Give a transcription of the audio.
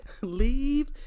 leave